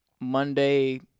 Monday